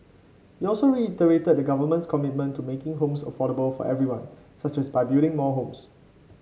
he also reiterated the government's commitment to making homes affordable for everyone such as by building more homes